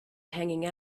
hanging